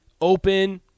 open